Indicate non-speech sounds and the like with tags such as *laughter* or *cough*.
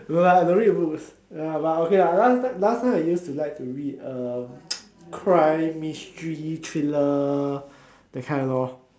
no lah I got read books ya but okay lah last last time I used to read uh *noise* crime mystery thriller the kind lor